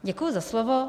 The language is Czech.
Děkuji za slovo.